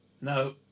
no